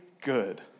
good